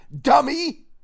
dummy